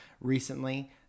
recently